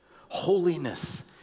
Holiness